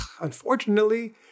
unfortunately